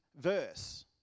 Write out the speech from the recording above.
verse